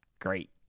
Great